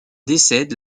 décède